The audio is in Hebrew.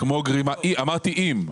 אמרתי אם.